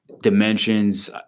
dimensions